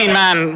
man